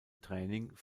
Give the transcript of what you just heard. training